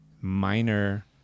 minor